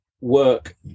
work